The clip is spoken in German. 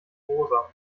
rosa